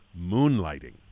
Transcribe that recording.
Moonlighting